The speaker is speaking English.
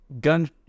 gun